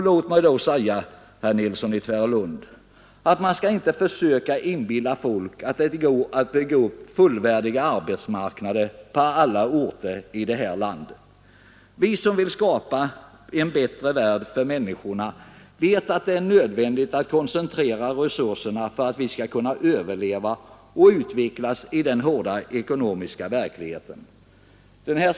Låt mig då säga, herr Nilsson i Tvärålund, att man inte skall försöka inbilla folk att det går att bygga upp fullvärdiga arbetsmarknader på alla orter i det här landet. Vi som vill skapa en bättre värld för människorna vet att det är nödvändigt att koncentrera resurserna för att vi skall kunna överleva och utvecklas i den hårda ekonomiska verkligheten.